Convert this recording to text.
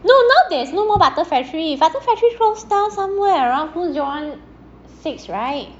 no now there's no more butter factory butter factory close down somewhere around two zero one six right